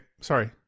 sorry